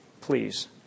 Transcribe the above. please